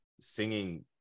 singing